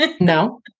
No